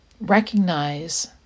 recognize